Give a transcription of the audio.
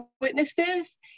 witnesses